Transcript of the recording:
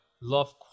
love